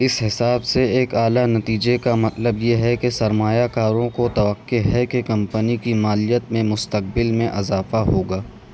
اس حساب سے ایک اعلیٰ نتیجے کا مطلب یہ ہے کہ سرمایہ کاروں کو توقع ہے کہ کمپنی کی مالیت میں مستقبل میں اضافہ ہوگا